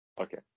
Okay